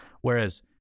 Whereas